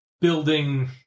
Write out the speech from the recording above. building